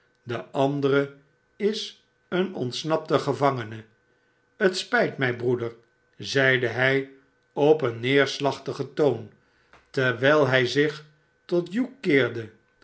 de andere is een ontsnapte gevangene het spijt mij broeder zeide hij op een neerslachtigen toon terwijl hij zich tot hugh keerde